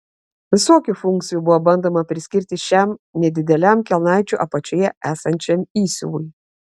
visokių funkcijų buvo bandoma priskirti šiam nedideliam kelnaičių apačioje esančiam įsiuvui